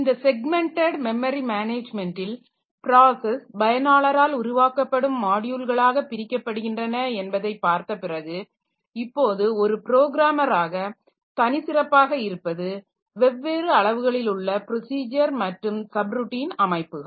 இந்த segmented memory மேனேஜ்மென்டில் process பயனாளரால் உருவாக்கப்படும் மாட்யூல்களாக பிரிக்கப்படுகின்றன என்பதை பார்த்தபிறகு இப்போது ஒரு ப்ரோகிராமராக தனிச் சிறப்பாக இருப்பது வெவ்வேறு அளவுகளில் உள்ள ப்ரொசிஜர் மற்றும் சப்ருட்டின் அமைப்புகள்